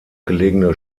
gelegene